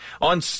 On